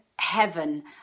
heaven